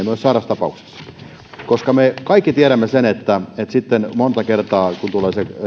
myös sairaustapauksissa ei tule kohtuuttoman kalliiksi me kaikki tiedämme sen että sitten monta kertaa kun tulee se